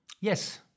Yes